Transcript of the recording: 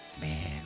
Man